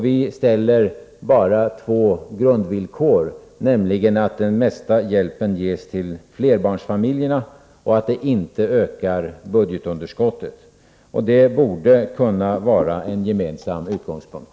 Vi ställer bara två grundvillkor, nämligen att den mesta hjälpen ges till flerbarnsfamiljerna och att det inte ökar budgetunderskottet. Det borde kunna vara en gemensam utgångspunkt.